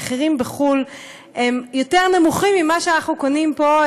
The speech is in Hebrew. המחירים בחו"ל הם יותר נמוכים ממה שאנחנו קונים פה,